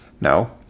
no